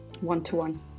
One-to-one